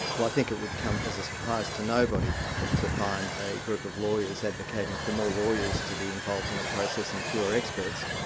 well i think it would come as a surprise to nobody to find a group of lawyers advocating for more lawyers to be involved in a process, and fewer experts.